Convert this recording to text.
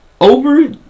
over